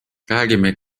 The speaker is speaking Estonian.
räägime